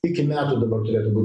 iki metų dabar turėtų būti